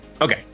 Okay